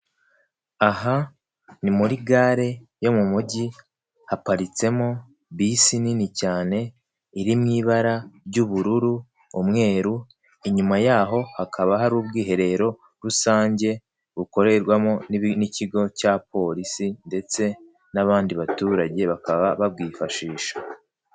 Aha ni muri gare yo mu mujyi haparitsemo bisi nini cyane iri mu ibara ry'ubururu, umweru inyuma yaho hakaba hari ubwiherero rusange bukorerwamo n'ikigo cya polisi ndetse n'abandi baturage bakaba babwifashisha.